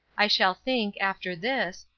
i shall think, after this,